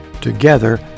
Together